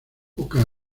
poca